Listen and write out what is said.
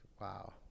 wow